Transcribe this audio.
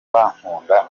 bankunda